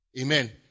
Amen